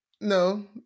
No